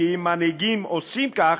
כי אם מנהיגים עושים כך,